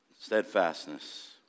Steadfastness